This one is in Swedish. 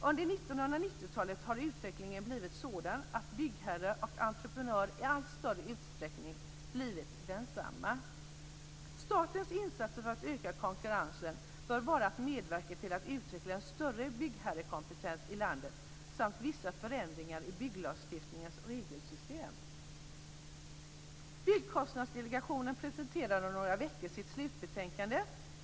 Under 1990-talet har utvecklingen blivit sådan att byggherre och entreprenör i allt större utsträckning blivit densamma. Statens insatser för att öka konkurrensen bör vara att medverka till att utveckla en större byggherrekompetens i landet samt vissa förändringar i bygglagstiftningens regelsystem. Byggkostnadsdelegationen presenterar om några veckor sitt slutbetänkande.